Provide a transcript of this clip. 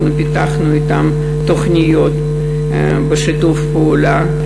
אנחנו פיתחנו אתם תוכניות בשיתוף פעולה,